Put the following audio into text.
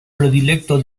predilecto